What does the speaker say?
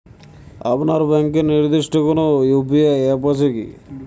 আপনার ব্যাংকের নির্দিষ্ট কোনো ইউ.পি.আই অ্যাপ আছে আছে কি?